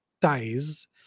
ties